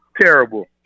terrible